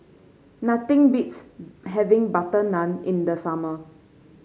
nothing beats having butter naan in the summer